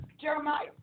Jeremiah